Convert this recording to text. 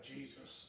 Jesus